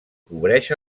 cobreix